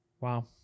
wow